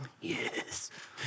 yes